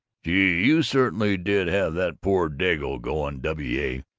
gee, you certainly did have that poor dago going, w. a.